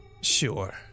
Sure